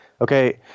okay